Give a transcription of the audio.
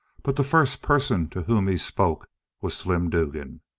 but the first person to whom he spoke was slim dugan.